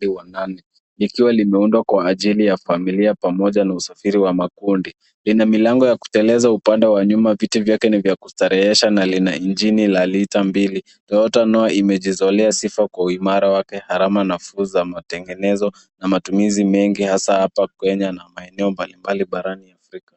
wengi. Gari hili limeundwa kwa ajili ya familia pamoja na usafiri wa makundi. Lina milango ya kuteleza upande wa nyuma, viti vyake vinaweza kustarehesha, na lina injini yenye nguvu. Toyota ina sifa ya kuhimarika, inahitaji matengenezo, na ina matumizi mengi hasa hapa Kenya, huku ikitumika pia katika sehemu nyingine za Afrika.